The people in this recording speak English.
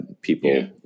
people